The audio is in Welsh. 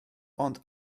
ond